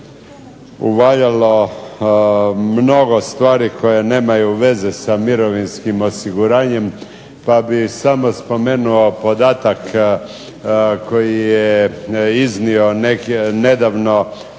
uvaljalo mnogo stvari koje nemaju veze sa mirovinskim osiguranjem, pa bih samo spomenuo podatak koji je iznio nedavno